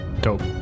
Dope